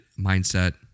mindset